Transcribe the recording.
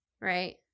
Right